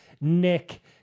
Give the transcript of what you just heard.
Nick